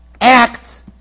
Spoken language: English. act